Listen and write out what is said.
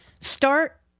Start